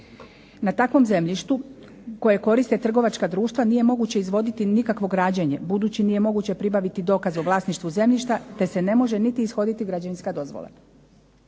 Na takvom zemljištu koje koriste trgovačka društva nije moguće izvoditi nikakvo građenje, budući nije moguće pribaviti dokaz o vlasništvu zemljišta, te se ne može niti ishoditi građevinska dozvola.